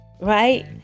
right